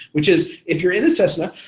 which is if you're in a cessna,